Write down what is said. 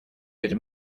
этим